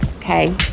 Okay